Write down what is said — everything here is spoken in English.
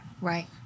Right